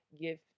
give